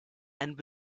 and